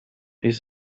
ist